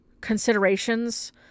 considerations